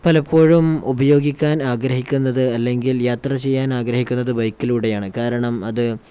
പലപ്പോഴും ഉപയോഗിക്കാൻ ആഗ്രഹിക്കുന്നത് അല്ലെങ്കിൽ യാത്ര ചെയ്യാൻ ആഗ്രഹിക്കുന്നത് ബൈക്കിലൂടെയാണ് കാരണം അത്